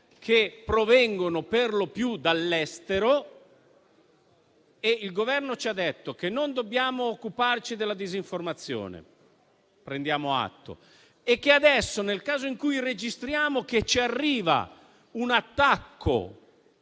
che provengono per lo più dall'estero e il Governo ci ha detto che non dobbiamo occuparci della disinformazione - prendiamo atto - e che adesso, nel caso in cui registriamo che ci arriva un attacco